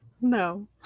No